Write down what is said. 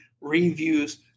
reviews